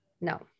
No